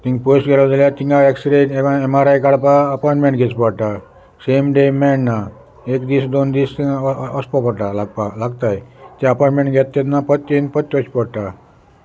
thing पयस गेलो जाल्या थिंगा एक्सरे एम आर आय काडपाक अपोयटमेंट घेवचें पडटा सेम डेम मेळना एक दीस दोन दीस वचपा पडटापाक लागताय ते अपोयंटमेंट घेत तेन्ना पत्तीन पत्त वयचे पडटा